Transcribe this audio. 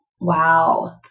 Wow